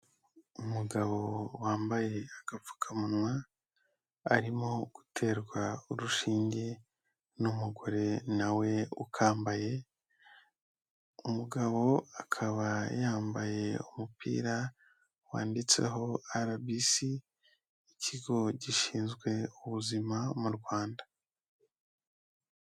Umugabo wambaye agapfukamunwa, arimo guterwa urushinge n'umugore nawe ukambaye, umugabo akaba yambaye umupira wanditseho arabisi, ni ikigo gishinzwe ubuzima mu Rwanda.